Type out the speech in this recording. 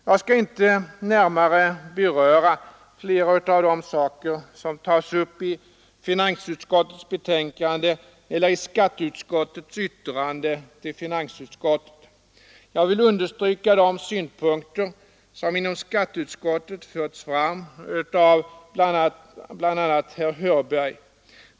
Jag skall inte närmare beröra fler av de saker som tas upp i finansutskottets betänkande eller i skatteutskottets yttrande till finansutskottet. Jag vill understryka de synpunkter som inom skatteutskottet förts fram av bl.a. herr Hörberg.